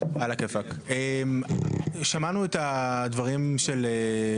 שמענו את הדברים של,